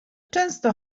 często